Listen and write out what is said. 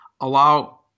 allow